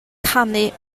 canu